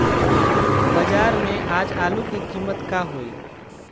बाजार में आज आलू के कीमत का होई?